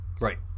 right